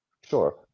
Sure